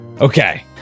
okay